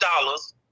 dollars